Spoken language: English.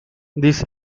this